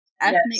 ethnic